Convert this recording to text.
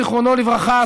זיכרונו לברכה,